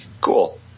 Cool